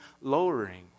lowering